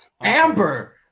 Amber